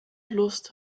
lust